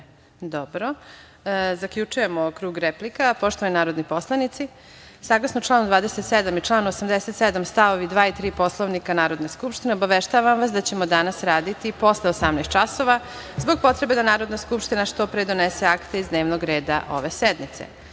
Orlić** Zaključujemo krug replika. Poštovani narodni poslanici, saglasno članu 27. i članu 87. stavovi 2. i 3. Poslovnika Narodne skupštine, obaveštavam vas da ćemo danas raditi posle 18 časova, zbog potrebe da Narodna skupština što pre donese akte iz dnevnog reda ove sednice. Sada,